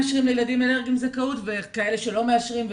מאשרים לילדים אלרגיים זכאות וכאלה שלא מאשרים,